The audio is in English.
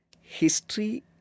History